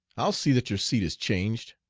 i'll see that your seat is changed.